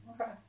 Okay